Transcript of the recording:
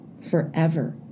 forever